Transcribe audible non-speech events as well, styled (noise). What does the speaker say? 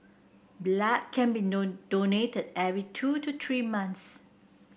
blood can be (unintelligible) donated every two to three months